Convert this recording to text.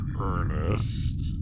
Ernest